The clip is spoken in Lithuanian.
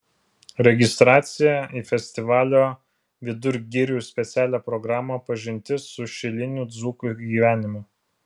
registracija į festivalio vidur girių specialią programą pažintis su šilinių dzūkų gyvenimu